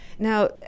Now